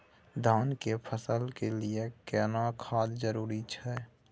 धान के फसल के लिये केना खाद जरूरी छै?